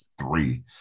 three